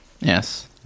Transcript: Yes